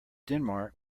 denmark